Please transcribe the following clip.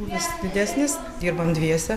krūvis didesnis dirbam dviese